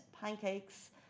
Pancakes